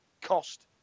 cost